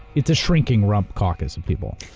it's a shrinking-rump caucus of people.